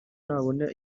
nabona